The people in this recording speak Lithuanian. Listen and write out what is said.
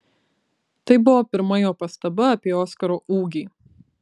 tai buvo pirma jo pastaba apie oskaro ūgį